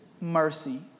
mercy